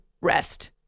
rest